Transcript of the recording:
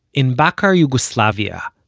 in bakar, yugoslavia,